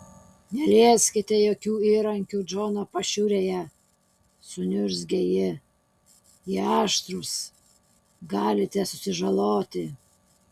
nelieskite jokių įrankių džono pašiūrėje suniurzgė ji jie aštrūs galite susižaloti